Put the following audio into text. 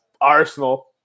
Arsenal